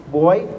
boy